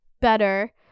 better